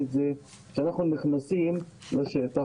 כשאנחנו נכנסים לשטח,